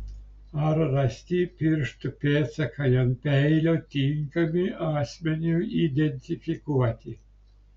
ar rasti pirštų pėdsakai ant peilio tinkami asmeniui identifikuoti